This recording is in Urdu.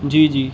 جی جی